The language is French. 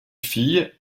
fille